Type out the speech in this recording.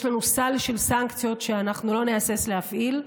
יש לנו סל של סנקציות שאנחנו לא נהסס להפעיל.